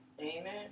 Amen